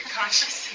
conscious